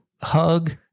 hug